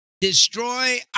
destroy